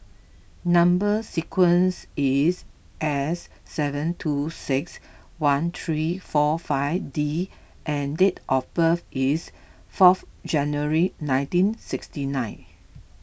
Number Sequence is S seven two six one three four five D and date of birth is fourth January nineteen sixty nine